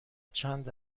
چند